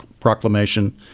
Proclamation